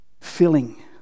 filling